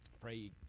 Pray